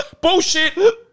Bullshit